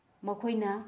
ꯃꯈꯣꯏꯅ